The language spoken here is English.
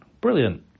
Brilliant